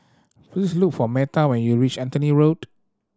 please look for Metha when you reach Anthony Road